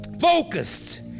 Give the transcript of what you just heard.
focused